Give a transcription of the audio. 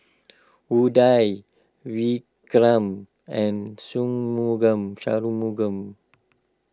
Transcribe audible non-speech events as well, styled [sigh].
Udai Vikram and Shunmugam [unintelligible]